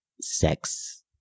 sex